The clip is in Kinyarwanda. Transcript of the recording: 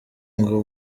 ngo